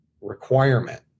requirement